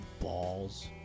balls